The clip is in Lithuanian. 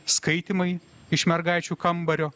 skaitymai iš mergaičių kambario